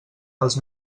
els